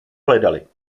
hledali